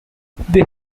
they